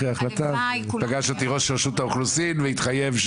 פגש אותי ראש רשות האוכלוסין והתחייב.